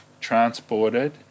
transported